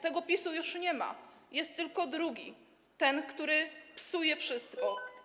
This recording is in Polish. Tego PiS-u już nie ma, jest tylko drugi, ten, który psuje wszystko.